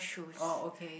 oh okay